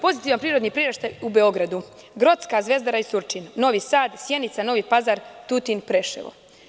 Pozitivan prirodni priraštaj u Beogradu, Grocka, Zvezdara i Surčin, Novi Sad, Sjenica, Novi Pazar, Tutin, Preševo.